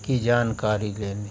की जानकारी लेने